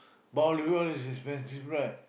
but olive oil is expensive right